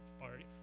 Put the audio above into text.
party